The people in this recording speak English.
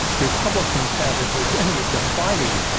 republicans have, if there's any defining,